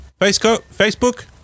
Facebook